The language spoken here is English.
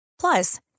Plus